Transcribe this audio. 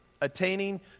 attaining